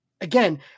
again